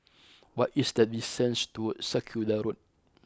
what is the distance to Circular Road